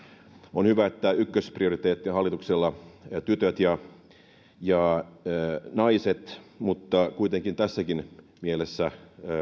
on hyvä että ykkösprioriteetti on hallituksella tytöt ja naiset mutta kuitenkin tässäkin mielessä